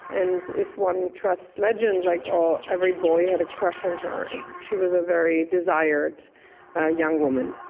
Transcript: and if one trusts legend like all, every boy had a crush on her. and she was a very desired ah young woman.